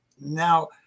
now